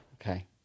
Okay